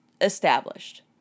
established